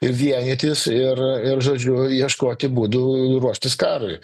ir vienytis ir ir žodžiu ieškoti būdų ruoštis karui